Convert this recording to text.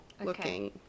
looking